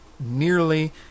nearly